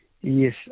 yes